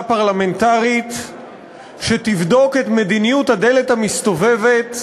פרלמנטרית שתבדוק את מדיניות הדלת המסתובבת